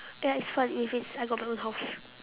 that is fun if it's I got my own house